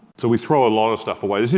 so we throw a lot of stuff away.